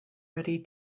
ready